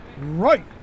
Right